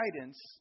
guidance